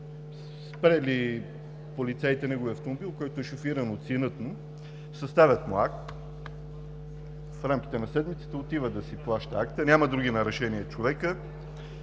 спрели полицаите неговия автомобил, който е шофиран от сина му, съставят му акт, в рамките на седмицата отива да си плаща акта, няма други нарушения човека